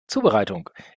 zubereitung